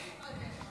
לא להתרגש.